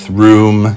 room